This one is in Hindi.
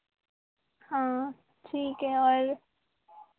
हाँ ठीक है और